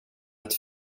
ett